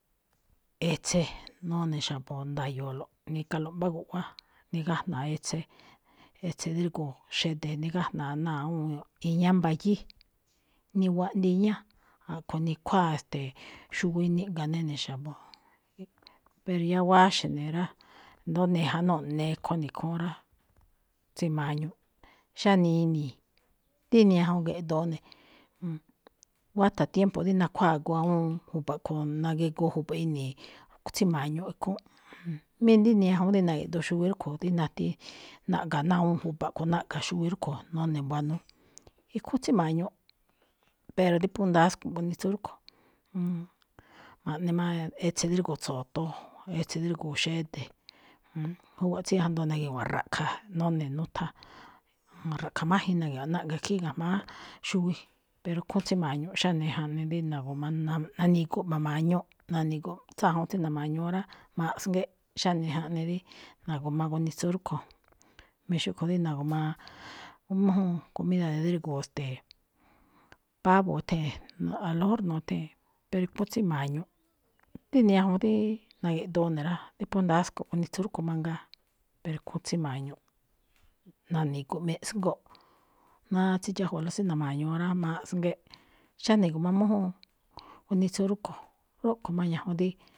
Etse, none̱ xa̱bo̱ nda̱yo̱o̱lo̱ꞌ. Nikalo̱ꞌ mbá guꞌwá, nigájna̱á etse, etse drígo̱o̱ xede̱ nigájna̱a ná awúun iñá mbayíí. Niwaꞌndii iñá, a̱ꞌkho̱ nikhuáa, e̱ste̱e̱, xuwi ni̱ga̱ nene̱ xa̱bo̱, pero yáá wáxe̱ ne̱ rá, ndo̱ó nijanúꞌ ne̱ nekho ne khúún rá. Tsíma̱ñuꞌ xáni ini̱i̱, díni ñajuun ge̱ꞌdoo ne̱, wátha̱ tiempo rí nakhuáa agu awúun ju̱ba̱ꞌ kho̱ nagigoo ju̱ba̱ ini̱i̱, rúꞌkho̱ tsíma̱ñuꞌ ikhúúnꞌ. Mí díni ñajuun dí na̱gi̱ꞌdoo xuwi rúꞌkho̱ dí nati naꞌgaꞌ ná awúun ju̱ba̱ꞌ kho̱ naꞌga̱ xuwi rúꞌkho̱, none̱ buanuu, ikhúún tsíma̱ñuꞌ, pero dí phú ndasko̱ꞌ gunitsu rúꞌkho̱. Ma̱ꞌne má etse drígo̱o̱ tso̱toon, etse drígo̱o̱ xede̱. Júwa̱ꞌ tsí ajndo na̱gi̱wa̱nꞌ ra̱ꞌkha̱ none̱, nuthan, ra̱ꞌkha̱ májen na̱gi̱wa̱nꞌ naꞌga̱ khín ga̱jma̱á xuwi, pero khúún tsíma̱ñuꞌ xáne jaꞌnii dí na̱gu̱ma na na̱ni̱gu̱ꞌ ma̱ma̱ñuꞌ, na̱ni̱gu̱ꞌ tsáa juun tsí na̱ma̱ñuu rá, maꞌsngéꞌ xáne jeꞌnii dí na̱gu̱ma gunitsu rúꞌkho̱. Mí xúꞌkho̱ rí na̱gu̱mamújún comida drégo̱o̱, ste̱e̱, pavo ethee̱n, al mejor nuthee̱n, pero phú tséma̱ñuꞌ, díni ñajuun díí na̱gi̱ꞌdoo ne̱ rá, rí phú ndasꞌko̱ꞌ gunitsu rúꞌkho̱ mangaa, pero khúún tséma̱ñuꞌ, na̱ni̱gu̱ꞌ me̱ꞌsngóꞌ, náá tsí dxájwalóꞌ tsí na̱ma̱ñuu rá, maꞌsngéꞌ, xáne gu̱mamújúun gunitsu rúꞌkho̱. Rúꞌkho̱ má ñajuun dí.